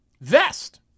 vest